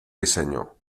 diseño